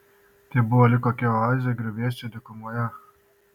tai buvo lyg kokia oazė griuvėsių dykumoje